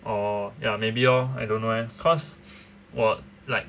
orh ya maybe lor I don't know leh cause 我 like